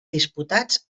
disputats